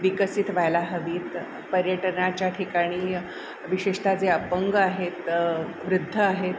विकसित व्हायला हवी आहेत पर्यटनाच्या ठिकाणी विशेषता जे अपंग आहेत वृद्ध आहेत